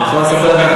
אני יכול לספר לך,